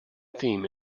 theme